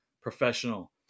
professional